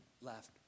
left